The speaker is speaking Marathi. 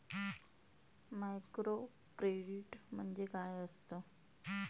मायक्रोक्रेडिट म्हणजे काय असतं?